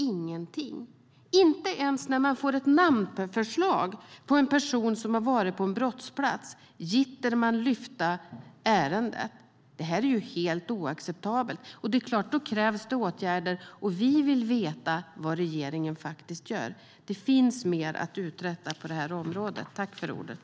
Inte ens när man får ett namnförslag på en person som har varit på en brottsplats gitter man lyfta ärendet. Det är helt oacceptabelt. Då krävs det såklart åtgärder. Och vi vill veta vad regeringen gör. Det finns mer att uträtta på området.